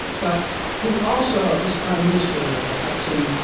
but who also, this prime minister, thaksin,